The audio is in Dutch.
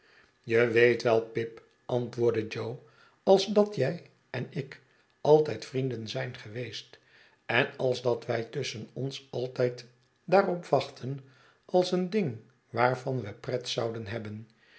je weet wel pip antwoordde jo als dat jij en ik altijd vrienden zijn geweest en als dat wij tusschen ons altijd daarop wachtten als een ding waarvan we pret zouden hebben